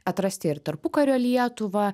atrasti ir tarpukario lietuvą